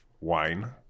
wine